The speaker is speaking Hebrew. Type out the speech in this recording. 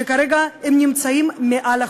שכרגע הם נמצאים מעל החוק.